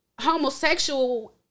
homosexual